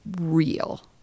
real